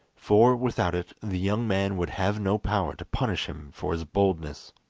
for without it the young man would have no power to punish him for his boldness.